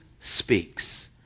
speaks